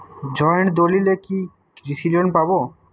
Joint দলিলে কি কৃষি লোন পাব?